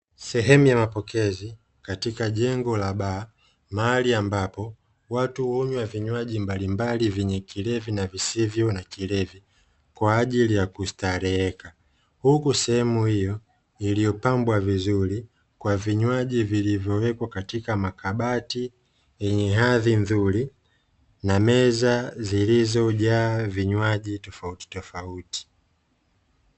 Sehemu ya mapokezi katika jengo la baa mahali ambapo, watu unywa vinywaji mbalimbali vyenye kilevi na visivyo na kilevi kwa ajili ya kustareheka. Huku sehemu hiyo iliyopambwa vizuri kwa vinywaji vilivyowekwa katika makabati, yenye hadhi nzuri na meza zilizojaa vinywaji tofauti tofauti.